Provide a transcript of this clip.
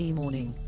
morning